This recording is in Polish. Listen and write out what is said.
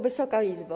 Wysoka Izbo!